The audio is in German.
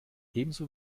ebenso